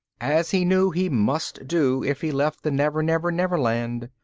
as he knew he must do if he left the never-never-never land.